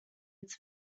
its